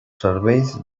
serveis